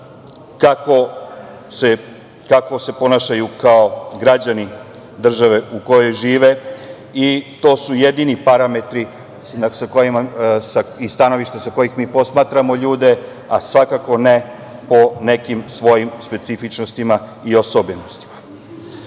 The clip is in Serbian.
kako se ponašaju kao građani države u kojoj žive i to su jedini parametri sa kojima, i sa stanovišta, sa kojih mi posmatramo ljude, a svakako ne po nekim svojim specifičnostima i osobenostima.Međutim,